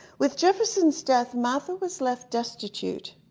with jefferson's death, martha was left destitute.